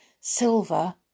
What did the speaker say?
silver